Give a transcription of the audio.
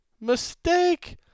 Mistake